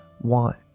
want